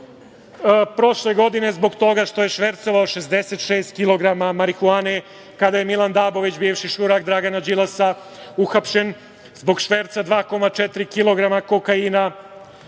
prošle godine zbog toga što je švercovao 66 kilograma marihuane kada je Milan Dabović, bivši šurak Dragana Đilasa uhapšen zbog šverca 2,4 kilograma kokaina,